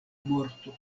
morto